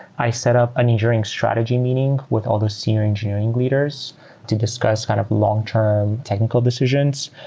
i set up an engineering strategy meeting with all the senior engineering leaders to discuss kind of long-term technical decisions.